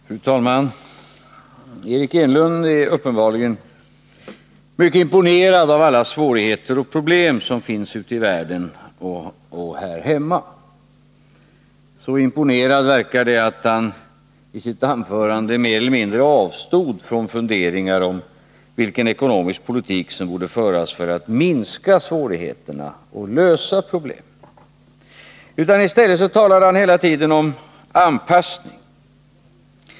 Fru talman! Eric Enlund är uppenbarligen mycket imponerad av alla svårigheter och problem som finns ute i världen och här hemma. Han verkar vara så imponerad att han i sitt anförande mer eller mindre avstod från funderingar om vilken ekonomisk politik som borde föras för att minska svårigheterna och lösa problemen. I stället talade han hela tiden om anpassning.